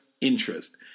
interest